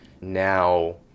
now